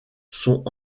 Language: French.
sont